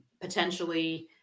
potentially